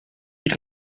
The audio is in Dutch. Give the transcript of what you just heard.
die